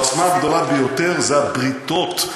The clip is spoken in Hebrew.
העוצמה הגדולה ביותר זה הבריתות.